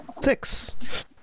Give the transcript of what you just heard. Six